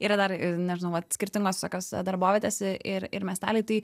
yra dar ir nežinau vat skirtingos tokios darbovietės ir ir miesteliai tai